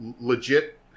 legit